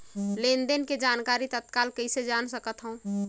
लेन देन के जानकारी तत्काल कइसे जान सकथव?